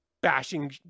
bashing